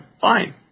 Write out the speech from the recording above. fine